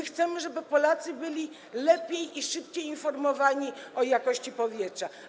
Chcemy, żeby Polacy byli lepiej i szybciej informowani o jakości powietrza.